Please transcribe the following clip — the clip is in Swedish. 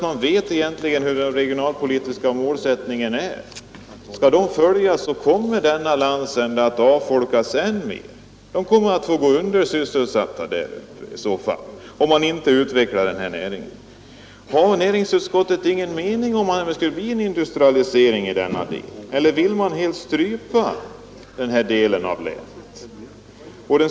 Man vet ju vilken den regionalpolitiska målsättningen är. Skall den följas kommer denna landsända att avfolkas ännu mer. Människorna där kommer att få gå undersysselsatta, om skogsnäringen inte utvecklas. Har näringsutskottet ingen mening om att det bör bli en industrialisering i denna del av landet? Eller vill man helt strypa den norra delen av länet?